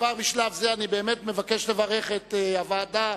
וכבר בשלב זה אני מבקש לברך את הוועדה,